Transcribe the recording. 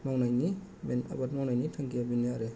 मावनायनि आबाद मावनायनि थांखिआ बेनो आरो